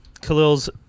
Khalil's